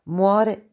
muore